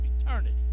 eternity